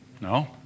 No